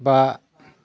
बा